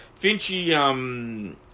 Finchy